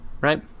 Right